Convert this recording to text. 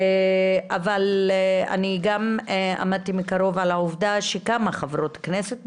אני גם עמדתי מקרוב על העובדה שכמה חברות כנסת,